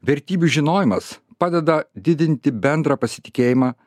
vertybių žinojimas padeda didinti bendrą pasitikėjimą